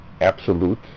absolute